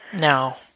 No